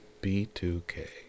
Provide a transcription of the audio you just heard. B2K